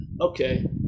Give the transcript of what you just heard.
okay